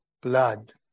blood